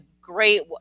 great